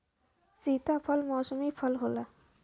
सीताफल मौसमी फल होला